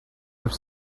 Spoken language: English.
have